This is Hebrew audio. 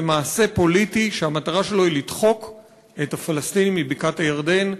זה מעשה פוליטי שהמטרה שלו היא לדחוק את הפלסטינים מבקעת-הירדן.